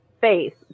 face